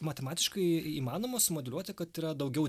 matematiškai įmanoma sumodeliuoti kad yra daugiau